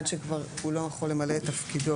עד שכבר הוא לא יכול למלא את תפקידו,